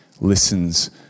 listens